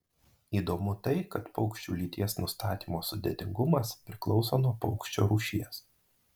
įdomu tai kad paukščių lyties nustatymo sudėtingumas priklauso nuo paukščio rūšies